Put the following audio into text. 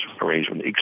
arrangement